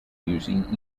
using